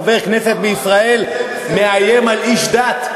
חבר כנסת בישראל מאיים על איש דת,